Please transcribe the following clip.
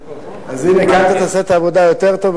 אז הנה, כאן אתה תעשה את העבודה יותר טוב.